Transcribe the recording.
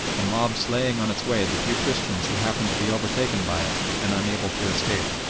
the mob slaying on its way the few christians who happened to be overtaken by it and unable to escape.